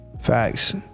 Facts